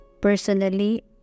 Personally